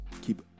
keep